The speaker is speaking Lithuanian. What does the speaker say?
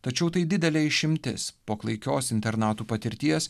tačiau tai didelė išimtis po klaikios internautų patirties